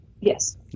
Yes